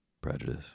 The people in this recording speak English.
Prejudice